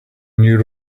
new